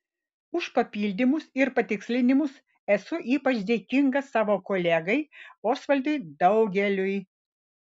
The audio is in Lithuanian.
už papildymus ir patikslinimus esu ypač dėkinga savo kolegai osvaldui daugeliui